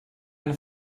eine